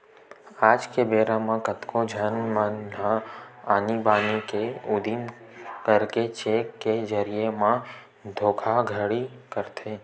आज के बेरा म कतको झन मन ह आनी बानी के उदिम करके चेक के जरिए म धोखाघड़ी करथे